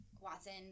Watson